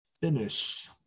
finish